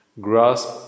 grasp